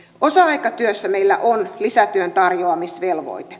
osa aikatyössä meillä on lisätyön tarjoamisvelvoite